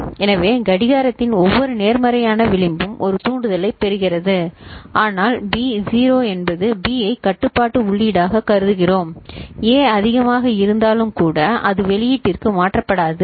எனவே கடிகாரத்தின் ஒவ்வொரு நேர்மறையான விளிம்பும் ஒரு தூண்டுதலைப் பெறுகிறது ஆனால் B 0 என்பது B ஐ கட்டுப்பாட்டு உள்ளீடாகக் கருதுகிறோம் A அதிகமாக இருந்தாலும் கூட அது வெளியீட்டிற்கு மாற்றப்படாது